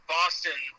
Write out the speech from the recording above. Boston